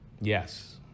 Yes